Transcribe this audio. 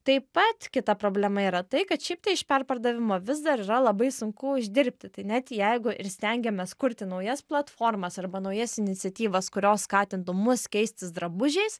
taip pat kita problema yra tai kad šiaip tai iš perpardavimo vis dar yra labai sunku uždirbti tai net jeigu ir stengiamės kurti naujas platformas arba naujas iniciatyvas kurios skatintų mus keistis drabužiais